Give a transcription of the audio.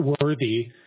worthy